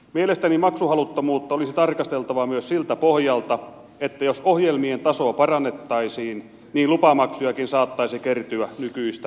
mielestäni maksuhaluttomuutta olisi tarkasteltava myös siltä pohjalta että jos ohjelmien tasoa parannettaisiin niin lupamaksujakin saattaisi kertyä nykyistä enemmän